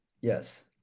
Yes